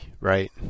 right